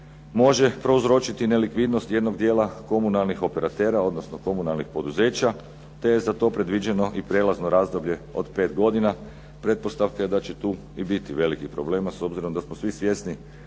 može prouzročiti nelikvidnost jednog dijela komunalnih operatera, odnosno komunalnih poduzeća te je za to predviđeno i prijelazno razdoblje od pet godina. Pretpostavka je da će tu biti velikih problema s obzirom da smo svi svjesni